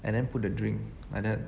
and then put the drink like that